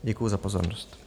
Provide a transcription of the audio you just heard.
Děkuji za pozornost.